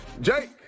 Jake